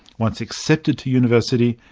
once accepted to university,